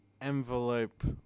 envelope